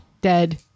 dead